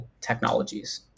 Technologies